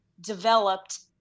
developed